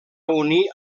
unir